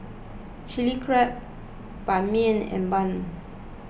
Chilli Crab Ban Mian and Bun